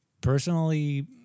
personally